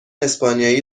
اسپانیایی